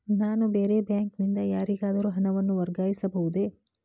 ನಾನು ಬೇರೆ ಬ್ಯಾಂಕ್ ನಿಂದ ಯಾರಿಗಾದರೂ ಹಣವನ್ನು ವರ್ಗಾಯಿಸಬಹುದೇ?